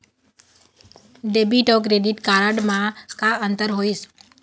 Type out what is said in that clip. Debit अऊ credit card म का अंतर होइस?